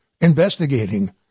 investigating